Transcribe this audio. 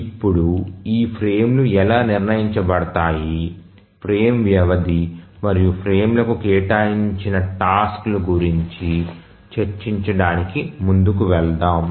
ఇప్పుడు ఈ ఫ్రేమ్లు ఎలా నిర్ణయించబడతాయి ఫ్రేమ్ వ్యవధి మరియు ఫ్రేమ్లకు కేటాయించిన టాస్క్ లు గురించి చర్చించడానికి ముందుకు వెళ్దాం